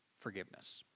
forgiveness